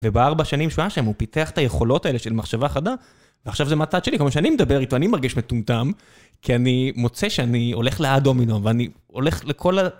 ובארבע שנים שהוא היה שם, הוא פיתח את היכולות האלה של מחשבה חדה, ועכשיו זה מהצד שלי, כמו שאני מדבר איתו, אני מרגיש מטומטם, כי אני מוצא שאני הולך לאד הומינם, ואני הולך לכל...